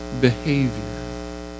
behavior